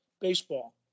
baseball